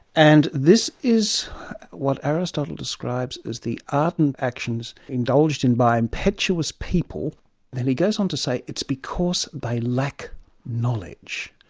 and this is what aristotle describes as the ardent actions indulged in by impetuous people and he goes on to say, it's because they lack knowledge.